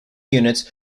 units